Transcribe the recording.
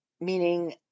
meaning